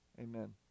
Amen